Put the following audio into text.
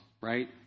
right